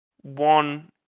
one